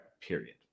Period